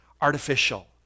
artificial